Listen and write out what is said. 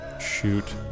Shoot